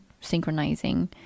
synchronizing